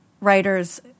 writers